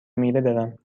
میره، برم